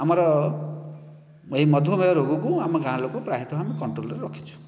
ଆମର ଏଇ ମଧୁମେହ ରୋଗକୁ ଆମ ଗାଁ ଲୋକ ପ୍ରାୟତଃ ଆମେ କଣ୍ଟ୍ରୋଲରେ ରଖିଛୁ